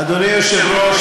אדוני ימשיך בבקשה,